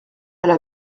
elle